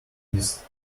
his